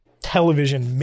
television